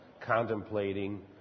contemplating